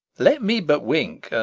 let me but wink,